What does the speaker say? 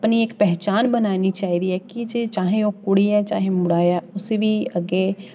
अपनी इक पैह्चान बनानी चाहिदी ऐ की जे चाहें ओह् कुड़ी ऐ चाहें मुड़ा ऐ उसी बी अग्गे